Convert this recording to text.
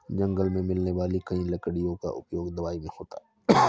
जंगल मे मिलने वाली कई लकड़ियों का उपयोग दवाई मे होता है